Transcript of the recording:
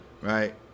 Right